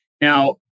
Now